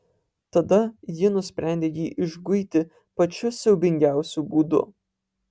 tada ji nusprendė jį išguiti pačiu siaubingiausiu būdu